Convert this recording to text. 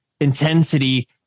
intensity